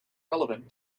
relevant